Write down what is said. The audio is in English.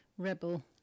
rebel